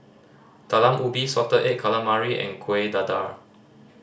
Talam Ubi salted egg calamari and Kueh Dadar